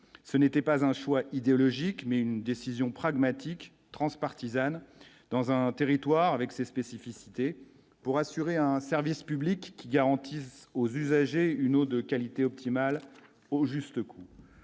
ce n'était pas un choix idéologique mais une décision pragmatique transpartisane dans un territoire avec ses spécificités pour assurer un service public qui garantit aux usagers une eau de qualité optimale au juste coût,